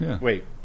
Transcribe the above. wait